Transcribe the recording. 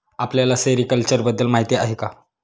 आपल्याला सेरीकल्चर बद्दल माहीती आहे का?